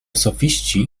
sofiści